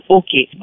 okay